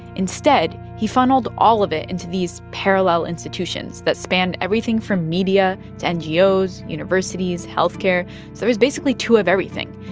instead, he funneled all of it into these parallel institutions that spanned everything from media to ngos, universities, health care. so there was basically two of everything.